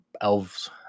elves